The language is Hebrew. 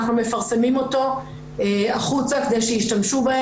אנחנו מפרסמים אותו החוצה כדי שישתמשו בו,